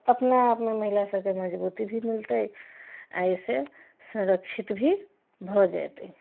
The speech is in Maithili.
अपना आपमे महिला सभके मजबूती भी मिलतै आ एहिसँ संरक्षित भी भए जेतै